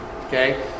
Okay